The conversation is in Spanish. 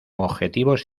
objetivos